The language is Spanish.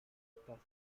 estas